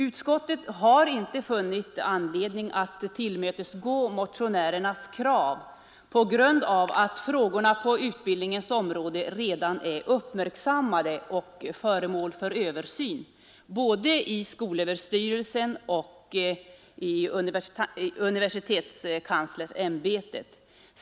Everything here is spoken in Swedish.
Utskottet har inte funnit anledning att tillmötesgå motionärernas krav på grund av att arbetsmiljöfrågorna redan är uppmärksammade på utbildningens område och föremål för översyn både i skolöverstyrelsen och i universitetskanslersämbetet.